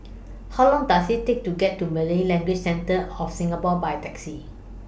How Long Does IT Take to get to Malay Language Centre of Singapore By Taxi